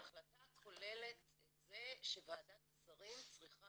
ההחלטה כוללת את זה שוועדת השרים צריכה